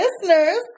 listeners